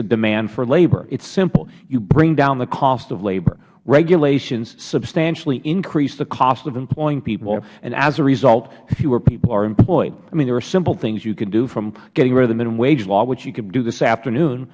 the demand for labor it is simple you bring down the cost of labor regulations substantially increase the cost of employing people and as a result fewer people are employed there are simple things you can do from getting rid of the minimum wage law which you can do this afternoon